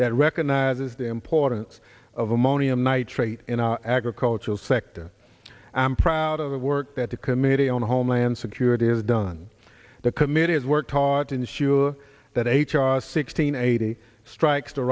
that recognizes the importance of ammonium nitrate in our agricultural sector and i'm proud of the work that the committee on homeland security has done the committee has worked hard to ensure that h r sixteen eighty strikes t